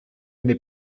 n’est